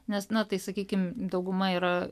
nes tai sakykim dauguma yra